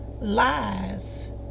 lies